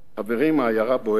חברים, העיירה בוערת.